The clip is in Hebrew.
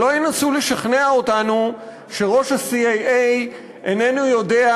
שלא ינסו לשכנע אותנו שראש ה-CIA איננו יודע,